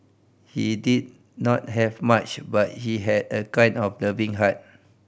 he did not have much but he had a kind and loving heart